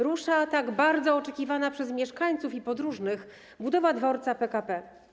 Rusza tak bardzo oczekiwana przez mieszkańców i podróżnych budowa dworca PKP.